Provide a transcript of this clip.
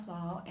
Law